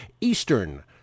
eastern